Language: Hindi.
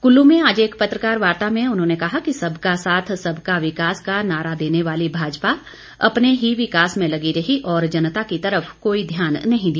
कुल्लू में आज एक पत्रकार वार्ता में उन्होंने कहा कि सबका साथ सबका विकास का नारा देने वाली भाजपा अपने ही विकास में लगी रही और जनता की तरफ कोई ध्यान नहीं दिया